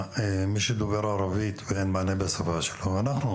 מי שדובר ערבית ואין מענה בשפה שלו אנחנו